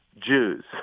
Jews